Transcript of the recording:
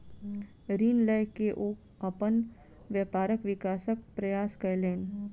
ऋण लय के ओ अपन व्यापारक विकासक प्रयास कयलैन